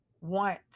want